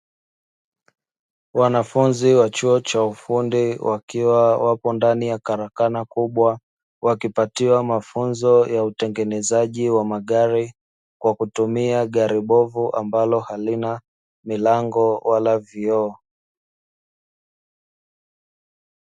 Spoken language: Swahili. Wanafunzi wa chuo cha ufundi wakiwa wapo ndani ya karakana kubwa, wakipatiwa mafunzo ya utengenezaji wa magari, kwa kutumia gari mbovu ambalo halina milango wala vioo.